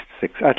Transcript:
six